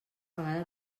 vegada